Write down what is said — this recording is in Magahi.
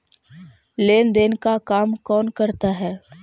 लेन देन का काम कौन करता है?